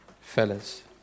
Fellas